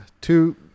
two